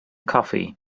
coffee